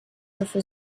dafür